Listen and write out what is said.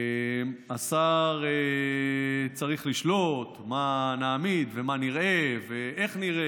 השר צריך לשלוט במה נראה ואיך נראה.